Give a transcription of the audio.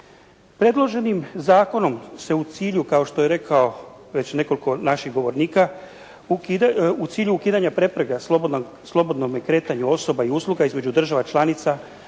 Predloženim zakonom se u cilju kao što je rekao, već nekoliko naših govornika, ukidaju, u cilju ukidanja prepreka slobodnome kretanju osoba i usluga između država i članica